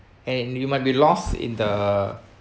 and you might be lost in the